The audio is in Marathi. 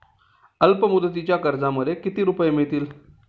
अल्पमुदतीच्या कर्जामध्ये किती रुपये मिळतील?